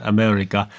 America